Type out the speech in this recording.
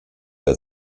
der